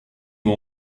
mon